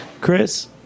Chris